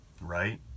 right